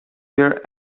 here